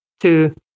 two